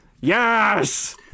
Yes